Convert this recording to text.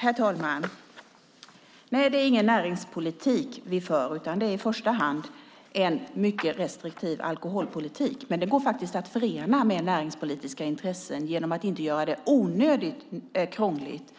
Herr talman! Det är ingen näringspolitik vi för. Det är i första hand en mycket restriktiv alkoholpolitik. Det går att förena med näringspolitiska intressen genom att man inte gör det onödigt krångligt.